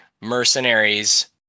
mercenaries